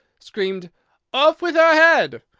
screamed off with her head!